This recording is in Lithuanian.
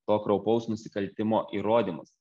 to kraupaus nusikaltimo įrodymus